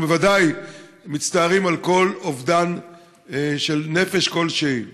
אנחנו בוודאי מצטערים על כל אובדן של נפש כלשהי,